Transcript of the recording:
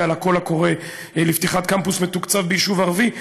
הקשור לקול הקורא לפתיחת קמפוס מתוקצב ביישוב ערבי.